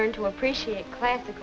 learned to appreciate classic